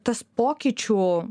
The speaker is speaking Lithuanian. tas pokyčių